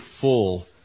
full